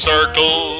Circle